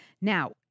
Now-